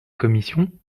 commission